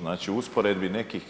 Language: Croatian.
Znači u usporedbi nekih